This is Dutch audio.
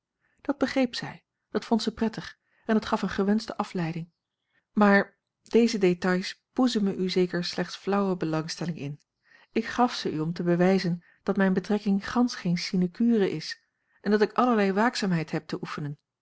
dat begreep zij dat vond zij prettig en dat gaf eene gewenschte afleiding maar deze détails boezemen u zeker slechts flauwe belangstelling in ik gaf ze u om te bewijzen dat mijne betrekking gansch geene sine cure is en dat ik allerlei waakzaamheid heb te oefenen